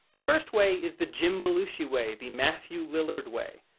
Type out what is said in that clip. the first way is the jim belushi way, the matthew lillard way.